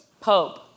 Pope